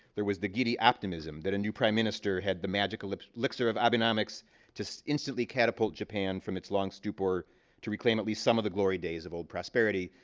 there was the giddy optimism that a new prime minister had the magical elixir of abenomics to instantly catapult japan from its longs stupor to reclaim at least some of the glory days of old prosperity.